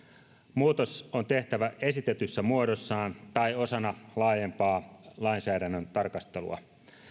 muutos on tehtävä esitetyssä muodossaan tai osana laajempaa lainsäädännön tarkastelua